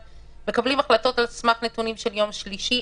מקבלים החלטות על סמך נתונים של יום שלישי.